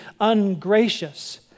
ungracious